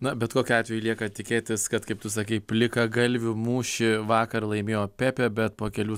na bet kokiu atveju lieka tikėtis kad kaip tu sakei plikagalvių mūšį vakar laimėjo pepė bet po kelių